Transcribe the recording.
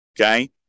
Okay